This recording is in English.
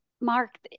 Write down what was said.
Mark